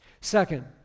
Second